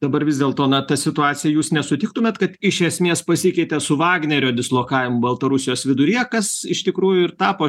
dabar vis dėlto na ta situacija jūs nesutiktumėt kad iš esmės pasikeitė su vagnerio dislokavimu baltarusijos viduryje kas iš tikrųjų ir tapo